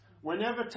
Whenever